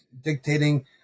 dictating